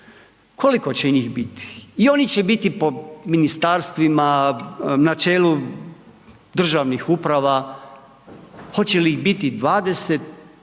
Koliko će njih biti? I oni će biti po ministarstvima, na čelu državnih uprava. Hoće li ih biti 20,